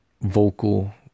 vocal